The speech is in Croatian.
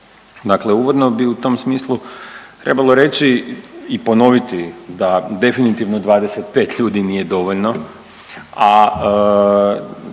Dakle, uvodno bi u tom smislu trebalo reći i ponoviti da definitivno 25 ljudi nije dovoljno, a